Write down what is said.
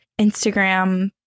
instagram